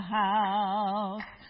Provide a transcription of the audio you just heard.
house